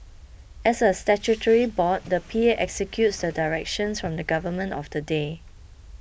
as a statutory board the P A executes the directions from the government of the day